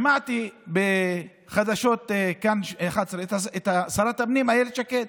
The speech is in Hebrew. ושמעתי בחדשות כאן 11 את שרת הפנים אילת שקד.